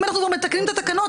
אם אנחנו כבר מתקנים את התקנות,